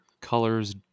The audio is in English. colors